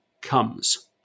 comes